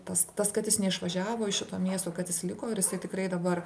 tas tas kad jis neišvažiavo iš šito miesto kad jis liko ir jisai tikrai dabar